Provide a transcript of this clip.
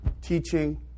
teaching